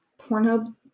Pornhub